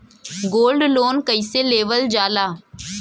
Gold loan कईसे लेवल जा ला?